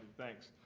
thanks.